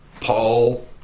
Paul